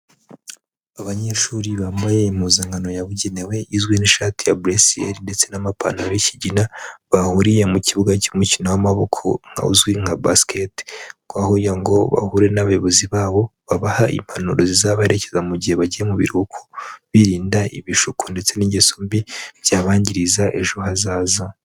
Abanyeshuri bambaye impuzankano yabugenewe, igizwe n'ishati ya bleu ciel ndetse n'amapantaro y'ikigina, bahuriye mu kibuga cy'umukino w'amaboko uzwi nka basket. Kwahuye ngo bahure n'abayobozi babo babaha impanuro zizabaherekeza mu gihe bagiye mu biruhuko birinda ibishuko, ndetse n'ingeso mbi byabangiriza ejo hazaza.